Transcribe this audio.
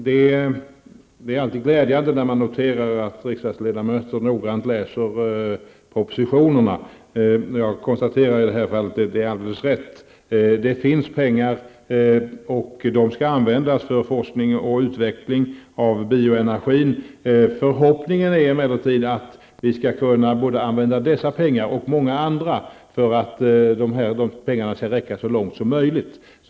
Det är alltid glädjande att notera att riksdagsledamöter noggrant läser propositionerna. Jag konstaterar i det här fallet att det är alldeles rätt. Det finns pengar, och de skall användas för forskning och utveckling av bioenergi. Förhoppningen är emellertid att vi skall kunna använda dessa pengar och andra pengar så att de kan räcka så långt som möjligt.